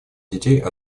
детей